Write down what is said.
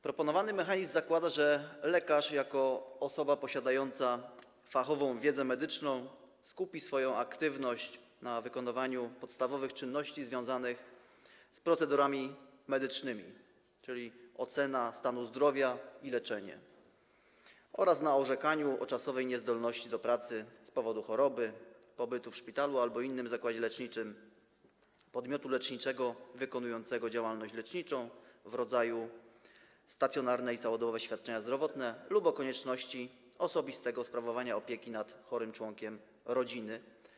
Proponowany mechanizm zakłada, że lekarz jako osoba posiadająca fachową wiedzę medyczną skupi swoją aktywność na wykonywaniu podstawowych czynności związanych z procedurami medycznymi, takich jak ocena stanu zdrowia i leczenie, oraz na orzekaniu o czasowej niezdolności do pracy z powodu choroby, pobytu w szpitalu albo innym zakładzie leczniczym, podmiocie leczniczym wykonującym działalność leczniczą w rodzaju stacjonarne i całodobowe świadczenia zdrowotne lub o konieczności osobistego sprawowania opieki nad chorym członkiem rodziny.